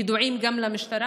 ידוע גם למשטרה,